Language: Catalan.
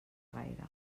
gaire